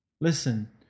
Listen